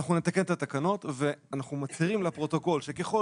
אנחנו נתקן את התקנות ואנחנו מצהירים לפרוטוקול שככל